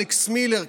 אלכס מילר,